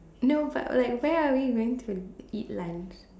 no but like where are we going to eat lunch